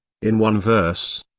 in one verse,